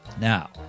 now